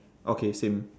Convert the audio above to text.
okay same